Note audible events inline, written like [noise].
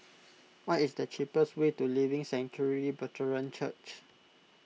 [noise] what is the cheapest way to Living Sanctuary Brethren Church